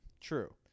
true